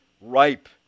ripe